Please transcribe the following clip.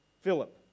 Philip